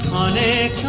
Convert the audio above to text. on a